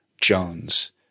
Jones